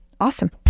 Awesome